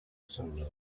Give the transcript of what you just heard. síndic